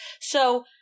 So-